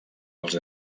els